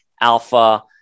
Alpha